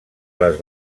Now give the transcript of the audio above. les